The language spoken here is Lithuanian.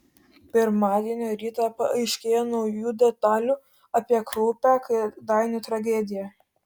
pirmadienio rytą paaiškėjo naujų detalių apie kraupią kėdainių tragediją